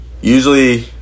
usually